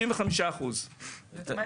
55%. מתחלקים